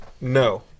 no